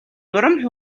урам